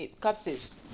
captives